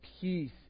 peace